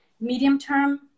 Medium-term